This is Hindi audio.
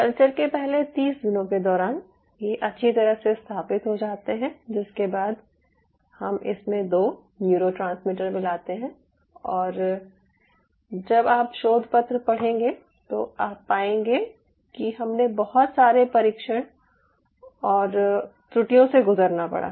कल्चर के पहले 30 दिनों के दौरान ये अच्छी तरह से स्थापित हो जाते हैं जिसके बाद हम इसमें 2 न्यूरोट्रांसमीटर मिलाते हैं और जब आप शोध पत्र पढ़ेंगे तो आप पाएंगे कि हमे बहुत सारे परीक्षण और त्रुटियों से गुज़रना पड़ा